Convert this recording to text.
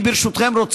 ברשותכם,